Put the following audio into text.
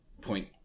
point